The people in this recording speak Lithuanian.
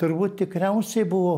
turbūt tikriausiai buvo